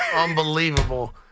Unbelievable